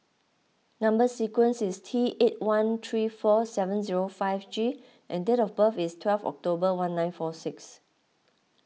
Number Sequence is T eight one three four seven zero five G and date of birth is twelve October nineteen fory six